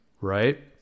right